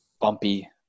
bumpy